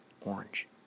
orange